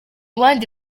bandi